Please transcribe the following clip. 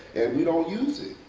and we don't use it.